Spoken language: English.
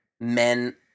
men